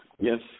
Yes